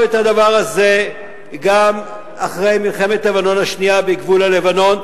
את הדבר הזה גם אחרי מלחמת לבנון השנייה בגבול הלבנון,